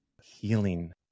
healing